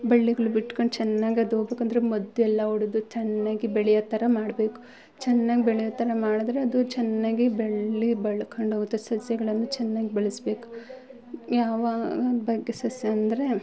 ಬಳ್ಳಿಗಳು ಬಿಟ್ಕಂಡು ಚೆನ್ನಾಗದು ಹೋಗ್ಬೇಕಂದ್ರೆ ಮದ್ದೆಲ್ಲ ಹೊಡ್ದು ಚೆನ್ನಾಗಿ ಬೆಳೆಯೋ ಥರ ಮಾಡಬೇಕು ಚೆನ್ನಾಗ್ ಬೆಳೆಯೋ ಥರ ಮಾಡಿದ್ರೆ ಅದು ಚೆನ್ನಾಗಿ ಬಳ್ಳಿ ಬೆಳ್ಕಂಡೋಗುತ್ತೆ ಸಸ್ಯಗಳನ್ನು ಚೆನ್ನಾಗ್ ಬೆಳೆಸಬೇಕ್ ಯಾವ ಬಗ್ಗೆ ಸಸ್ಯ ಅಂದರೆ